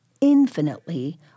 infinitely